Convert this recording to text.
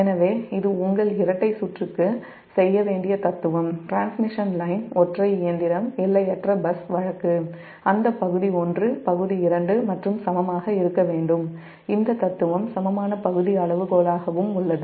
எனவே இது உங்கள் இரட்டை சுற்றுக்கு செய்ய வேண்டிய தத்துவம் டிரான்ஸ்மிஷன் லைன் ஒற்றை இயந்திரம் எல்லையற்ற பஸ் வழக்கு அந்த பகுதி 1 பகுதி 2 மற்றும் சமமாக இருக்க வேண்டும் இந்த தத்துவம் சமமான பகுதி அளவுகோலாகவும் உள்ளது